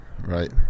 Right